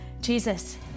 Jesus